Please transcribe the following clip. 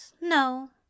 no